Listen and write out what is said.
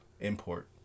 Import